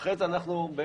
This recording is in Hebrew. אחרי זה אנחנו בעצם,